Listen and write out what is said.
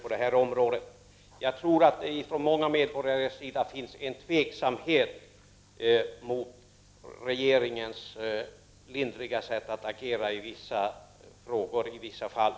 Jag tror att det hos många medborgare finns en tveksamhet i fråga om regeringens lindriga sätt att agera i vissa frågor, i vissa fall.